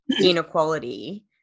inequality